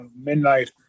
midnight